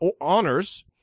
honors